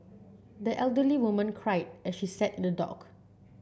the elderly woman cried as she sat in the dock